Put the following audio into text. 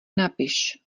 napiš